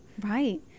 right